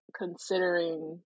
considering